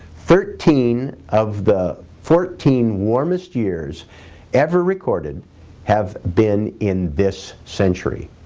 thirteen of the fourteen warmest years ever recorded have been in this century.